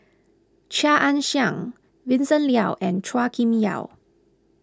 Chia Ann Siang Vincent Leow and Chua Kim Yeow